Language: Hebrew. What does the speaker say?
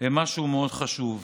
הן משהו מאוד חשוב.